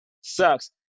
sucks